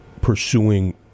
pursuing